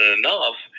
enough